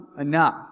enough